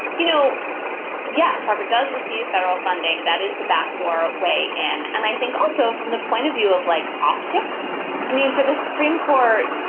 you know yes harvard does receive federal funding. that is the backdoor way and and i think also from the point of view of like optics i mean for the supreme court.